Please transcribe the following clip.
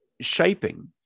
shaping